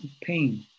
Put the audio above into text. pain